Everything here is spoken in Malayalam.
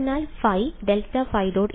അതിനാൽ ϕ ∇ϕ